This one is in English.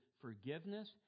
forgiveness